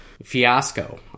Fiasco